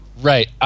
Right